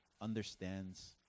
understands